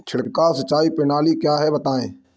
छिड़काव सिंचाई प्रणाली क्या है बताएँ?